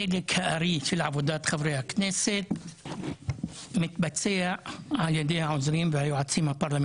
שחבר כנסת יעשה את עבודתו כמו שצריך.